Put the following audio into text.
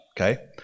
okay